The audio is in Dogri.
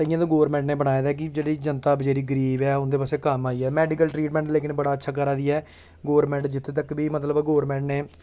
इयां ते गौरमैंट ने बनाए दा ऐ जेह्ड़ी जनता बचैरी गरीब ऐ उंदे बास्तै कम्म आई जा मैडिकल ट्रीटमैंट लेकिन बड़ा अच्छा करा दी ऐ गौरमैंट जित्थें तक बी मतलब गौरमैंट ने